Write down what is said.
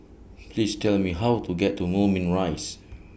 Please Tell Me How to get to Moulmein Rise